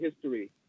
history